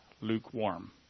lukewarm